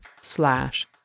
slash